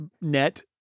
net